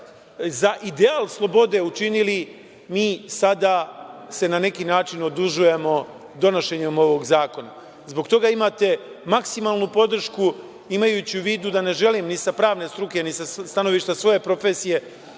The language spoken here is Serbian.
za ideal slobode učinili mi sada se na neki način odužujemo donošenjem ovog zakona. Zbog toga imate maksimalnu podršku. Imajući u vidu da ne želim, ni sa pravne struke, ni sa stanovišta svoje profesije